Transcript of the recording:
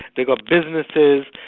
they'd got businesses,